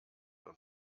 und